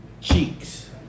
Cheeks